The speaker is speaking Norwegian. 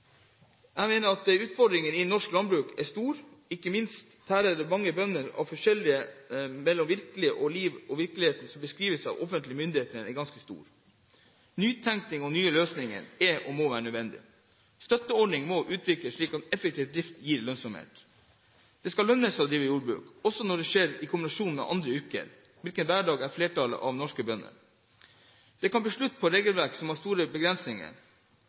Jeg mener utfordringene innen norsk landbruk er store – ikke minst tærer det på mange bønder at forskjellen mellom det virkelige liv og den virkelighet som beskrives av offentlige myndigheter, er ganske stor. Nytenkning og nye løsninger er – og må være – nødvendig. Støtteordningene må utvikles slik at effektiv drift gir lønnsomhet. Det skal lønne seg å drive jordbruk, også når det skjer i kombinasjon med andre yrker – slik hverdagen er for flertallet av norske bønder. Det må bli slutt på at regelverket har store begrensninger.